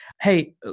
Hey